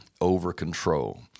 over-control